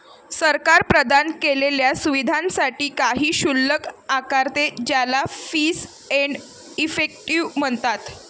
सरकार प्रदान केलेल्या सुविधांसाठी काही शुल्क आकारते, ज्याला फीस एंड इफेक्टिव म्हणतात